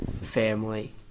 family